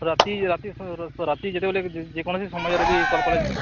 ରାତି ରାତି ରାତି ଯେତେବେଳେ ବି ଯେକୌଣସି ସମୟରେ ବି କଲ୍ କଲେ ବି